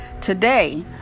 today